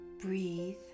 Breathe